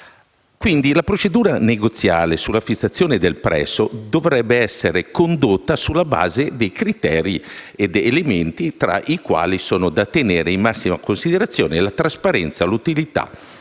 Quindi, la procedura negoziale sulla fissazione del prezzo dovrebbe essere condotta sulla base di criteri ed elementi tra i quali sono da tenere in massima considerazione la trasparenza, l'utilità